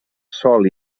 sol